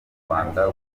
rwanda